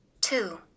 two